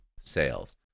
sales